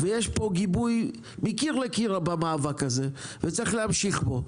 יש פה גיבוי מקיר לקיר במאבק הזה וצריך להמשיך בו.